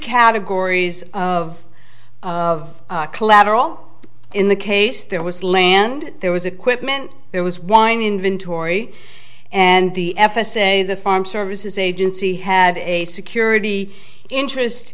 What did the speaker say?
categories of of collateral in the case there was land there was a quick meant there was one inventory and the f s a the farm services agency had a security interest